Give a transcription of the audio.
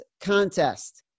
contest